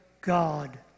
God